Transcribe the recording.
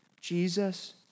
Jesus